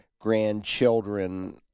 grandchildren